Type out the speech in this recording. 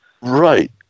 Right